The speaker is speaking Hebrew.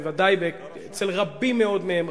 בוודאי אצל רבים מאוד מהם,